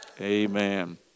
Amen